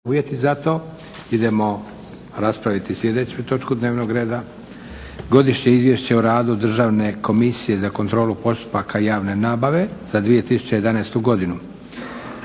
Josip (SDP)** Idemo raspraviti sljedeću točku dnevnog reda - Godišnje izvješće o radu Državne komisije za kontrolu postupaka javne nabave za 2011. godinu